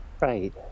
right